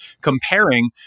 comparing